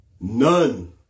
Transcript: None